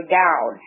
down